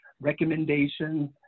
recommendations